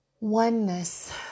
oneness